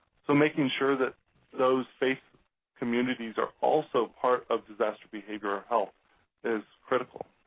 so making sure that those faith communities are also part of disaster behavioral health is critical.